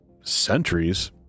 centuries